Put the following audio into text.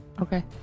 Okay